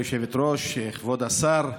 כבוד היושבת-ראש, כבוד השר,